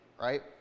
right